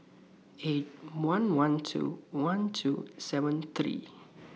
eight one one two one two seven three